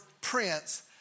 prince